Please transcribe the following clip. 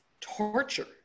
torture